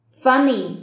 funny